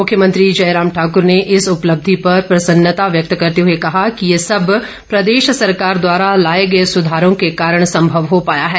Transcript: मुख्यमंत्री जयराम ठाकुर ने इस उपलब्धि पर प्रसन्नता व्यक्त करते हुए कहा कि ये सब प्रदेश सरकार द्वारा लाए गए सुधारों के कारण संभव हो पाया है